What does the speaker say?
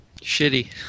Shitty